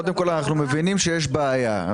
קודם כל, אנחנו מבינים שיש בעיה.